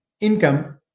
income